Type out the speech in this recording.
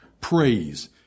praise